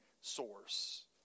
source